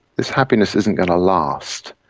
this happiness isn't going to last.